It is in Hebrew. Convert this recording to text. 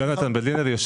זו